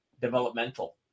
developmental